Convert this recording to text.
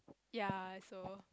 ya so